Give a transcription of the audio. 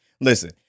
Listen